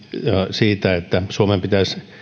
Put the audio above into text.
siitä että suomen pitäisi